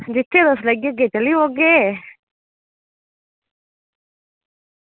जित्थें तुस लैगे चली पौगे